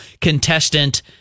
contestant